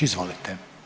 Izvolite.